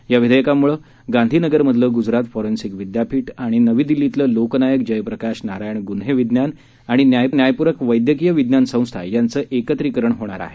या विधेयकामुळं गांधीनगरमधलं गुजरात फॉरेन्सिक विद्यापीठ आणि नवी दिल्लीतलं लोकनायक जयप्रकाश नारायण गुन्हेविज्ञान आणि न्यायपूरक वैद्यकीय विज्ञान संस्था यांचं एकत्रीकरण होणार आहे